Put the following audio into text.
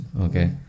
okay